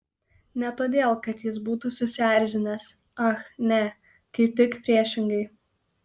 ne todėl kad jis būtų susierzinęs ach ne kaip tik priešingai